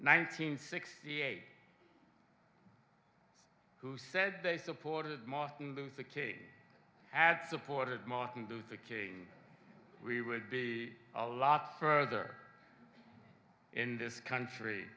hundred sixty eight who said they supported martin luther king had supported martin luther king we would be a lot further in this country